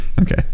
Okay